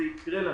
זה יקרה לנו.